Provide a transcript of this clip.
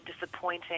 disappointing